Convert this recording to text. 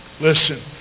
Listen